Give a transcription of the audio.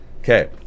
Okay